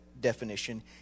definition